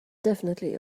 definitely